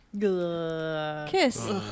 Kiss